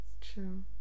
True